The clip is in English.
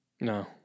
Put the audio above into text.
No